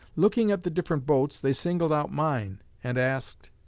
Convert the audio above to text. looking at the different boats, they singled out mine and asked,